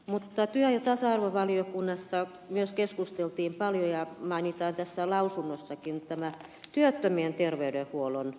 mutta työ ja tasa arvovaliokunnassa myös keskusteltiin paljon ja mainitaan tässä lausunnossakin tämä työttömien terveydenhuollon järjestäminen